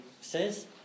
says